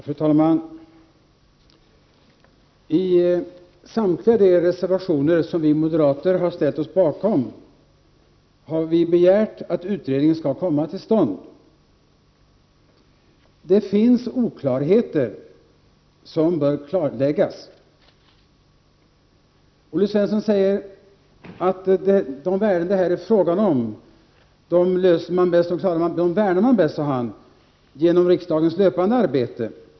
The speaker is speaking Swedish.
Fru talman! I samtliga de reservationer som vi moderater har ställt oss bakom har vi begärt att utredningen skall komma till stånd. Det finns oklarheter som bör utredas. Olle Svensson säger att man bäst värnar de värden som det här är fråga om genom riksdagens löpande arbete.